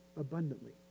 abundantly